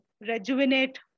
rejuvenate